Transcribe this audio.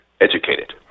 educated